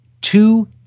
two